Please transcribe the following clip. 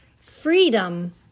freedom